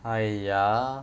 !aiya!